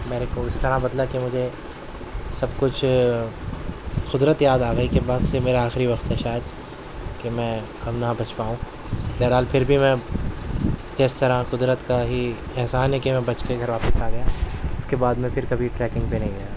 میرے کو اس طرح بدلا کہ مجھے سب کچھ قدرت یاد آ گئی کہ بس یہ میرا آخری وقت ہے شاید کہ میں اب نہ بچ پاؤں بہرحال پھر بھی میں جس طرح قدرت کا ہی احسان ہے کہ میں بچ کے میں گھر واپس آ گیا اس کے بعد میں پھر کبھی ٹریکنگ پہ نہیں گیا